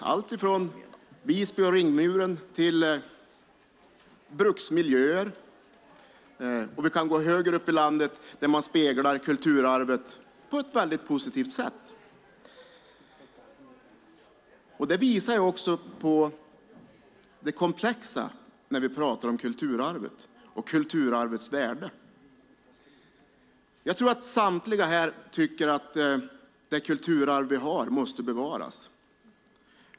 Det är allt från Visby och ringmuren till bruksmiljöer. Högre upp i landet speglar man kulturarvet på ett positivt sätt. Det visar det komplexa när vi talar om kulturarv och kulturarvets värde. Samtliga här tycker nog att det kulturarv vi har måste bevaras.